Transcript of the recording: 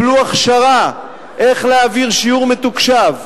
כל המורים בבתי-הספר היסודיים יקבלו הכשרה איך להעביר שיעור מתוקשב.